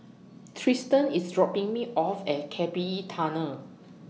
Tristen IS dropping Me off At K P E Tunnel